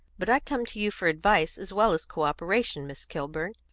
but i come to you for advice as well as co-operation, miss kilburn.